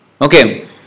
okay